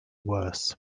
worse